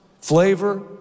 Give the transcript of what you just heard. flavor